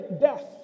death